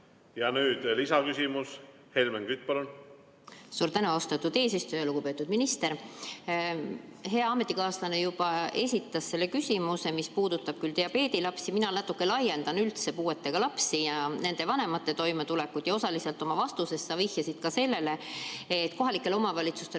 Nüüd lisaküsimus. Helmen Kütt, palun! Suur tänu, austatud eesistuja! Lugupeetud minister! Hea ametikaaslane juba esitas selle küsimuse, mis puudutas küll diabeedilapsi. Mina natuke laiendan: üldse puuetega lapsi ja nende vanemate toimetulekut. Osaliselt sa oma vastuses vihjasid sellele, et kohalikele omavalitsustele